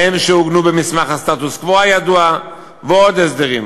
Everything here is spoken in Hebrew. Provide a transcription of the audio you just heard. מהם שעוגנו במסמך הסטטוס-קוו הידוע, ועוד הסדרים.